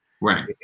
right